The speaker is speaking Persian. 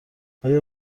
آیا